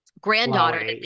granddaughter